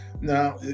now